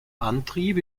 antrieb